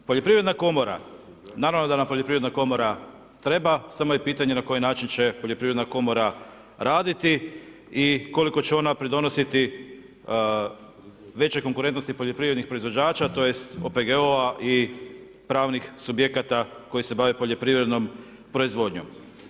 Poljoprivredna komora, naravno da nam poljoprivredna komora treba samo je pitanje na koji način će poljoprivredna komora raditi i koliko će onda pridonositi većoj konkurentnosti poljoprivrednih proizvođača tj. OPG-ova i pravnih subjekata koji se bave poljoprivrednom proizvodnjom.